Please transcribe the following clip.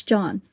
John